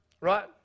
right